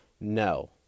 no